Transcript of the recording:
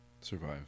Survive